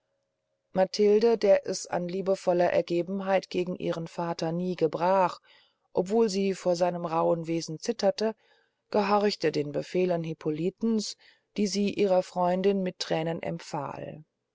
matilde der es an liebevoller ergebenheit gegen ihren vater nie gebrach obwohl sie vor seinem rauhen wesen zitterte gehorchte den befehlen hippolitens die sie ihrer freundin mit thränen empfahl